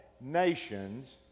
nations